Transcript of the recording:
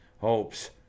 hopes